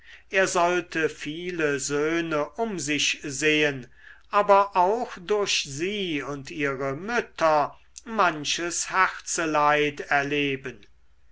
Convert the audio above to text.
er sollte viele söhne um sich sehen aber auch durch sie und ihre mütter manches herzeleid erleben